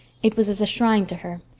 it was as a shrine to her.